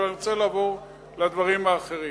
אבל אני רוצה לעבור לדברים האחרים.